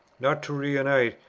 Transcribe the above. not to re-unite,